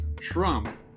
Trump